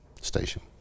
station